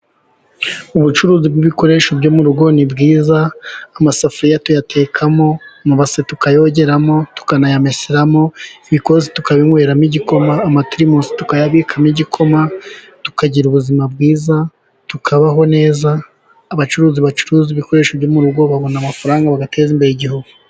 Ubucuruzi bw'ibikoresho byo mu rugo ni bwiza ; amasafuriya tuyatekamo amabase tukayogeramo, tukanayameseramo, ibikosi tukabinyweramo igikoma, amateremusi tukayabikamo igikoma, tukagira ubuzima bwiza, tukabaho neza, abacuruzi bacuruza ibikoresho byo mu rugo babona amafaranga bagateza imbere igihugu.